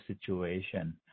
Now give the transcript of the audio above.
situation